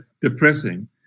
depressing